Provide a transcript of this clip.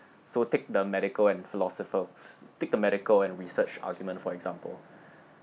so take the medical and philosopher take the medical and research argument for example